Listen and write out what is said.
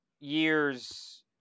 years